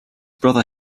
brother